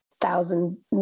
thousand